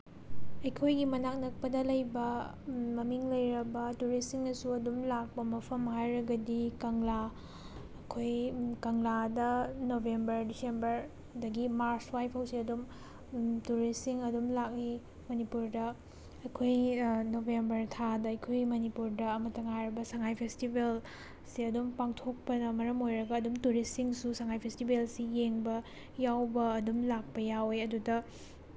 ꯑꯩꯈꯣꯏꯒꯤ ꯃꯅꯥꯛ ꯅꯛꯄꯗ ꯂꯩꯕ ꯃꯃꯤꯡ ꯂꯩꯔꯕ ꯇꯨꯔꯤꯁꯁꯤꯡꯅꯁꯨ ꯑꯗꯨꯝ ꯂꯥꯛꯄ ꯃꯐꯝ ꯍꯥꯏꯔꯒꯗꯤ ꯀꯪꯂꯥ ꯑꯩꯈꯣꯏ ꯀꯪꯂꯥꯗ ꯅꯣꯕꯦꯝꯕꯔ ꯗꯤꯁꯦꯝꯕꯔꯗꯒꯤ ꯃꯥꯔꯁ ꯁ꯭ꯋꯥꯏꯐꯥꯎꯁꯦ ꯑꯗꯨꯝ ꯇꯨꯔꯤꯁꯁꯤꯡ ꯑꯗꯨꯝ ꯂꯥꯛꯏ ꯃꯅꯤꯄꯨꯔꯗ ꯑꯩꯈꯣꯏ ꯅꯣꯕꯦꯝꯕꯔ ꯊꯥꯗ ꯑꯩꯈꯣꯏ ꯃꯅꯤꯄꯨꯔꯗ ꯑꯃꯠꯇ ꯉꯥꯏꯔꯕ ꯁꯉꯥꯏ ꯐꯦꯁꯇꯤꯕꯦꯜꯁꯦ ꯑꯗꯨꯝ ꯄꯥꯡꯊꯣꯛꯄꯅ ꯃꯔꯝ ꯑꯣꯏꯔꯒ ꯑꯗꯨꯝ ꯇꯨꯔꯤꯁꯁꯤꯡꯁꯨ ꯁꯉꯥꯏ ꯐꯦꯁꯇꯤꯚꯦꯜꯁꯤ ꯌꯦꯡꯕ ꯌꯥꯎꯕ ꯑꯗꯨꯝ ꯂꯥꯛꯄ ꯌꯥꯎꯏ ꯑꯗꯨꯗ